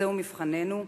וזהו מבחננו,